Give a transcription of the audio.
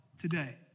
today